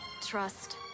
trust